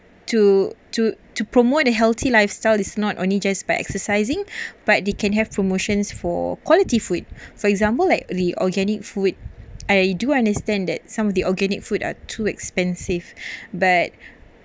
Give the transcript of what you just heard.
to to to promote a healthy lifestyle is not only just by exercising but they can have promotions for quality food for example like the organic food I do understand that some of the organic food are too expensive but